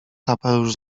kapelusz